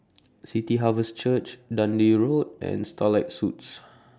City Harvest Church Dundee Road and Starlight Suites